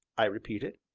i repeated.